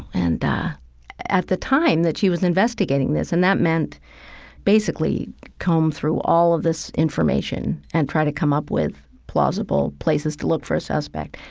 and at the time that she was investigating this, and that meant basically comb through all of this information and try to come up with plausible places to look for a suspect,